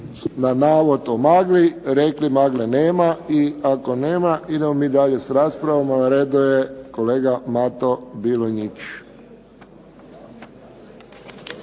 na navod o magli rekli magle nema. I ako nema idemo mi dalje sa raspravom. Na redu je kolega Mato Bilonjić.